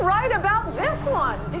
right about this one,